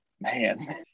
Man